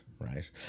right